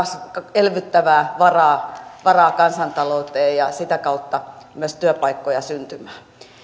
elvyttävää varaa varaa kansantalouteen ja sitä kautta myös työpaikkoja syntymään